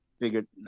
figured